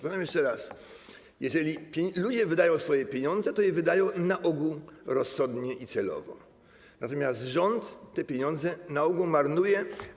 Powiem jeszcze raz: jeżeli ludzie wydają swoje pieniądze, to je wydają na ogół rozsądnie i celowo, natomiast rząd te pieniądze na ogół marnuje.